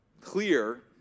clear